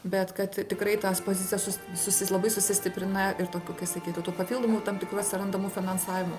bet kad tikrai tas pozicijas sus susis labai susistiprina ir tokių sakytų tų papildomų tam tikrų atsirandamų finansavi